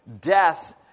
death